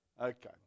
Okay